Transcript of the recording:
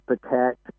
protect